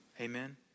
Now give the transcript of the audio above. Amen